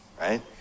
right